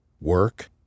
Work